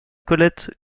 colette